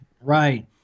right